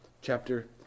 chapter